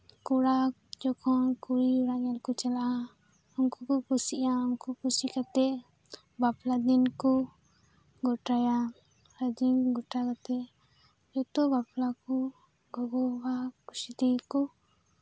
ᱠᱚᱲᱟ ᱡᱚᱠᱷᱚᱱ ᱠᱩᱲᱤ ᱚᱲᱟᱜ ᱧᱮᱞ ᱠᱚ ᱪᱟᱞᱟᱜᱼᱟ ᱩᱱᱠᱩ ᱠᱚ ᱠᱩᱥᱤᱜᱼᱟ ᱩᱱᱠᱩ ᱠᱩᱥᱤ ᱠᱟᱛᱮᱫ ᱵᱟᱯᱞᱟ ᱫᱤᱱ ᱠᱚ ᱜᱳᱴᱟᱭᱟ ᱫᱤᱱ ᱜᱳᱴᱟ ᱠᱟᱛᱮᱫ ᱡᱚᱛᱚ ᱵᱟᱯᱞᱟ ᱠᱚ ᱜᱚᱜᱚ ᱵᱟᱵᱟ ᱠᱩᱥᱤ ᱛᱮᱜᱮ ᱠᱚ